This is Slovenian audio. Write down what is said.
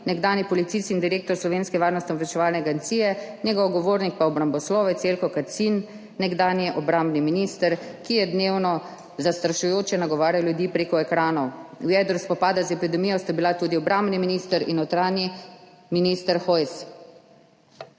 nekdanji policist in direktor Slovenske obveščevalno-varnostne agencije, njegov govornik pa obramboslovec Jelko Kacin, nekdanji obrambni minister, ki je dnevno zastrašujoče nagovarjal ljudi prek ekranov. V jedru spopada z epidemijo sta bila tudi obrambni minister in notranji minister Hojs.